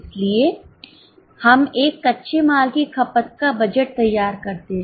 इसलिए हम एक कच्चे माल की खपत का बजट तैयार करते हैं